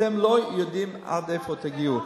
אתם לא יודעים עד איפה תגיעו.